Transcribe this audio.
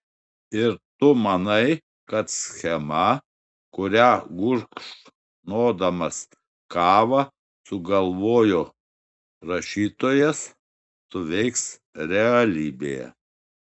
ir tu manai kad schema kurią gurkšnodamas kavą sugalvojo rašytojas suveiks realybėje